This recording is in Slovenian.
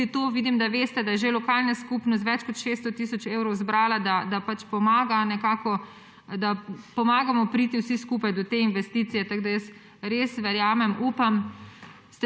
Tudi to vidim, da veste, da je lokalna skupnost že več kot 600 tisoč evrov zbrala, da nekako pomaga, da pomagamo priti vsi skupaj do te investicije. Tako da jaz res verjamem, upam.